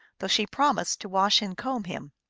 though she promised to wash and comb him.